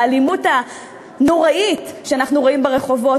באלימות הנוראית שאנחנו רואים ברחובות,